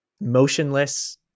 motionless